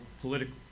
political